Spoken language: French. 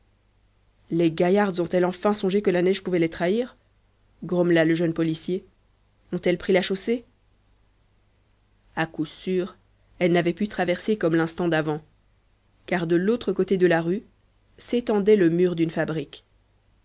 les gaillardes ont-elles enfin songé que la neige pouvait les trahir grommela le jeune policier ont-elles pris la chaussée à coup sûr elles n'avaient pu traverser comme l'instant d'avant car de l'autre côté de la rue s'étendait le mur d'une fabrique